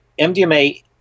MDMA